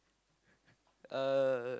uh